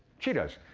cheetahs.